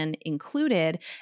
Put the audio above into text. included